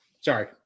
sorry